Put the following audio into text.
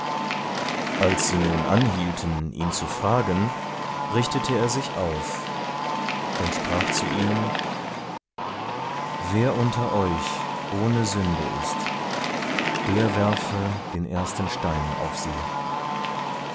als sie nun anhielten ihn zu fragen richtete er sich auf und sprach zu ihnen wer unter euch ohne sünde ist der werfe den ersten stein auf sie